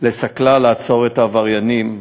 לסכלה ולעצור את העבריינים.